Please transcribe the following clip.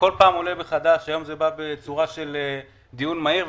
בכל פעם זה עולה מחדש והיום זה בא בצורה של דיון מהיר.